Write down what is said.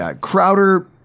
Crowder